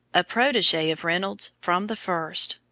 a protege of reynolds from the first,